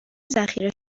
ذخیره